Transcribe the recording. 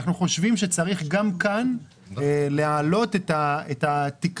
אנחנו חושבים שצריך גם כאן להעלות את התקרה